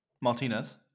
Martinez